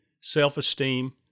self-esteem